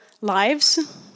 lives